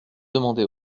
demandé